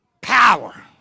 Power